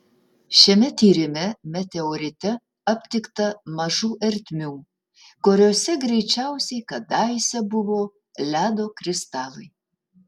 šiame tyrime meteorite aptikta mažų ertmių kuriose greičiausiai kadaise buvo ledo kristalai